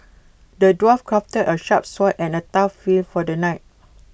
the dwarf crafted A sharp sword and A tough shield for the knight